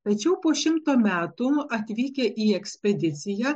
tačiau po šimto metų atvykę į ekspediciją